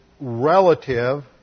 relative